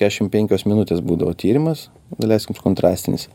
keturiasdešim penkios minutės būdavo tyrimas daleiskim kontrastinis